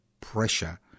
pressure